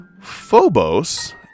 Phobos